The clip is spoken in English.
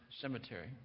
Cemetery